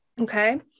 Okay